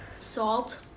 Salt